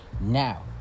Now